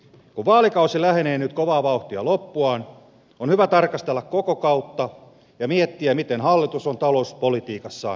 kun vaalikausi lähenee nyt kovaa vauhtia loppuaan on hyvä tarkastella koko kautta ja miettiä miten hallitus on talouspolitiikassaan onnistunut